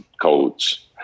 coach